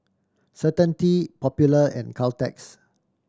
Certainty Popular and Caltex